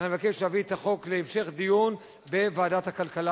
ואני מבקש להביא את החוק להמשך דיון בוועדת הכלכלה.